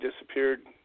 disappeared